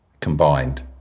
combined